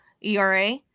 ERA